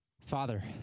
Father